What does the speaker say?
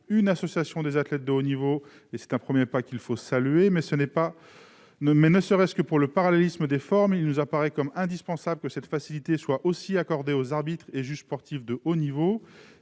qu'une association des athlètes de haut niveau. C'est un premier pas qu'il faut saluer, mais, notamment pour une question de parallélisme des formes, il apparaît indispensable que cette facilité soit aussi accordée aux arbitres et juges sportifs de haut niveau.